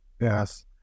Yes